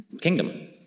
kingdom